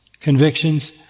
convictions